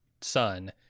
son